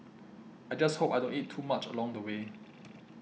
I just hope I don't eat too much along the way